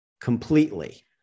completely